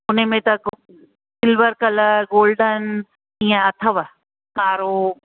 हुन में त को सिल्वर कलर गोल्डन इअं अथव कारो